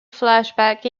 flashback